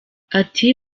ati